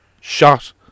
Shot